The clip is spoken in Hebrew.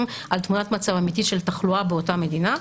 על תמונת מצב אמיתי של תחלואה באותה מדינה,